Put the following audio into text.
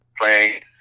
playing